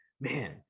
man